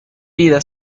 vida